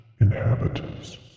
Inhabitants